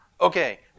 Okay